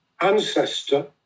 ancestor